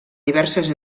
diverses